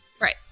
Right